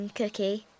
cookie